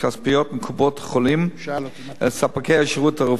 מקופת-החולים אל ספקי השירות הרפואי.